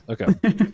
Okay